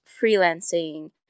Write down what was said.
freelancing